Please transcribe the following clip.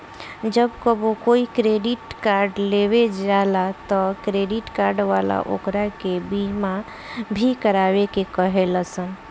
जब कबो कोई क्रेडिट कार्ड लेवे जाला त क्रेडिट कार्ड वाला ओकरा के बीमा भी करावे के कहे लसन